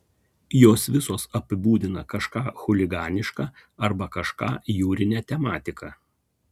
jos visos apibūdina kažką chuliganiška arba kažką jūrine tematika